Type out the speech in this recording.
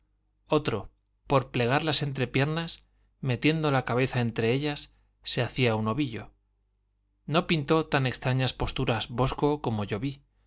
otro por plegar las entrepiernas metiendo la cabeza entre ellas se hacía un ovillo no pintó tan extrañas posturas bosco como yo vi